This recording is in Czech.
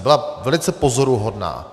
Byla velice pozoruhodná.